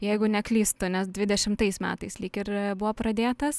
jeigu neklystu nes dvidešimtais metais lyg ir buvo pradėtas